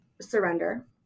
surrender